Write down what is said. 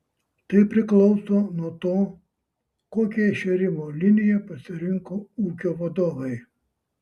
tai priklauso nuo to kokią šėrimo liniją pasirinko ūkio vadovai